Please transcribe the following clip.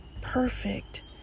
perfect